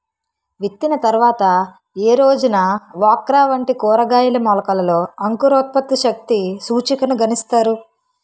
విత్తిన తర్వాత ఏ రోజున ఓక్రా వంటి కూరగాయల మొలకలలో అంకురోత్పత్తి శక్తి సూచికను గణిస్తారు?